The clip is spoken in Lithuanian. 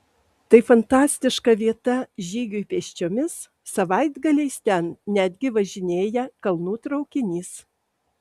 tai fantastiška vieta žygiui pėsčiomis savaitgaliais ten netgi važinėja kalnų traukinys